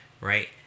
Right